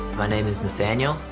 my name is nathaniel,